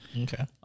Okay